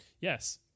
Yes